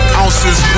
ounces